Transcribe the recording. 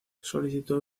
solicitó